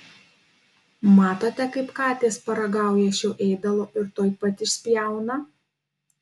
matote kaip katės paragauja šio ėdalo ir tuoj pat išspjauna